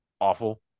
awful